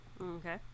Okay